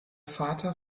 vater